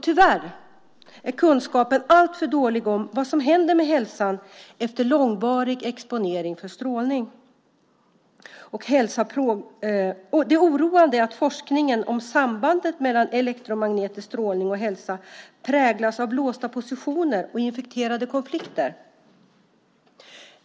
Tyvärr är kunskapen om vad som händer med hälsan efter långvarig exponering för strålning alltför dålig. Det är oroande att forskningen om sambandet mellan elektromagnetisk strålning och hälsa präglas av låsta positioner och infekterade konflikter.